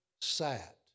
sat